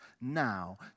Now